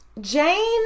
Jane